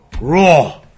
raw